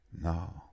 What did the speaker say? no